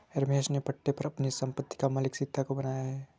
रमेश ने पट्टे पर अपनी संपत्ति का मालिक सीता को बनाया है